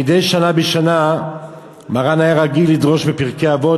מדי שנה בשנה היה מרן רגיל לדרוש בפרקי אבות,